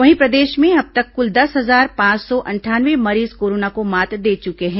वहीं प्रदेश में अब तक कुल दस हजार पांच सौ अंठानवे मरीज कोरोना को मात दे चुके हैं